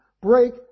Break